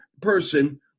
person